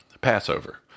Passover